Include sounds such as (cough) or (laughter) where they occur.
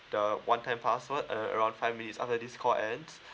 the one time password uh around five minutes after this call ends (breath)